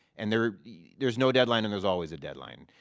and there's there's no deadline and there's always a deadline.